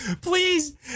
Please